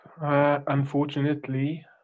Unfortunately